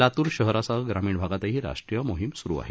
लातूर शहरासह ग्रामीण भागातही राष्ट्रीय ही मोहिम सुरू आहे